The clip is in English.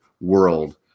world